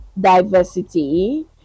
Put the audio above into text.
diversity